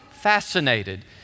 fascinated